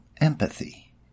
empathy